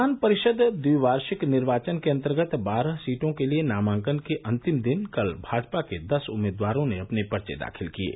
विधान परिषद द्विवार्षिक निर्वाचन के अन्तर्गत बारह सीटों के लिए नामांकन के अंतिम दिन कल भाजपा के दस उम्मीदवारों ने अपने पर्चे दाखिल किये